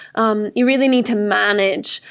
um you really need to manage,